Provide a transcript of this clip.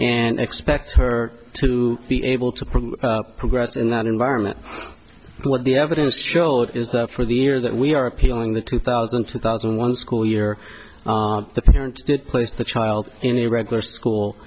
and expect her to be able to provide progress in that environment what the evidence show is that for the year that we are appealing the two thousand two thousand and one school year the parents did placed the child in a regular school